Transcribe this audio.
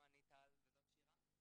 אני טל וזאת שירה.